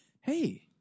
hey